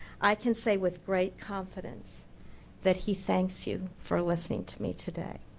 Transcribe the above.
i can say with great confidence that he thanks you for listening to me today.